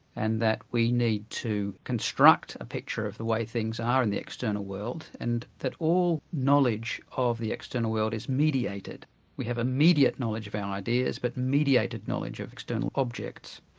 and that we need to construct a picture of the way things are in the external world, and that all knowledge of the external world is mediated we have immediate knowledge of our ideas, but mediated knowledge of external objects.